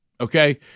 okay